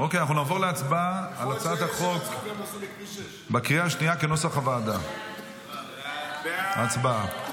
נעבור להצבעה על הצעת החוק כנוסח הוועדה בקריאה השנייה.